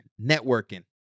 networking